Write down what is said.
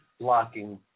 blocking